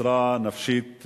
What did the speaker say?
עזרה ראשונה נפשית,